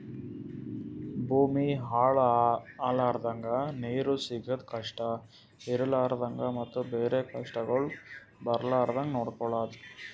ಭೂಮಿ ಹಾಳ ಆಲರ್ದಂಗ, ನೀರು ಸಿಗದ್ ಕಷ್ಟ ಇರಲಾರದಂಗ ಮತ್ತ ಬೇರೆ ಕಷ್ಟಗೊಳ್ ಬರ್ಲಾರ್ದಂಗ್ ನೊಡ್ಕೊಳದ್